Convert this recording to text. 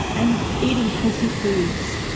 and eating healthy foods,